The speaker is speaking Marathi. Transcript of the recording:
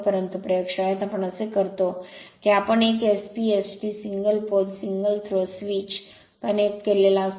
परंतु प्रयोगशाळेत आपण असे करतो की आम्ही एक SP ST single pole single throw switch connect केलेला असतो